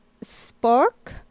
spark